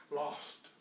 lost